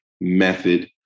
Method